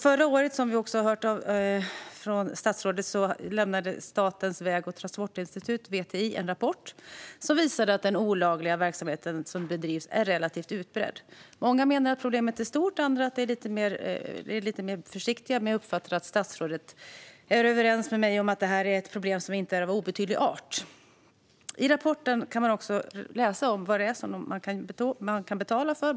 Förra året lämnade Statens väg och transportforskningsinstitut, VTI, en rapport, vilket vi också hörde från statsrådet. Den visade att den olagliga verksamheten är relativt utbredd. Många menar att problemet är stort. Andra är lite mer försiktiga. Men jag uppfattar att statsrådet är överens med mig om att det är ett problem som inte är av obetydlig art. I rapporten går också att läsa vad man kan betala för.